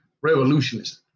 revolutionist